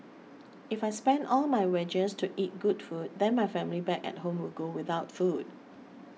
if I spend all my wages to eat good food then my family back at home will go without food